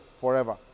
Forever